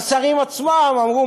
והשרים עצמם אמרו,